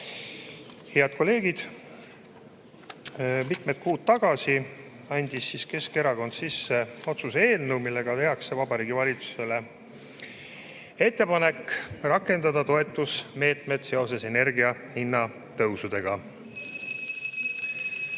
Head kolleegid! Mitu kuud tagasi andis Keskerakond sisse otsuse eelnõu, millega tehakse Vabariigi Valitsusele ettepanek rakendada toetusmeetmeid seoses energiahinna tõusudega. (Saalis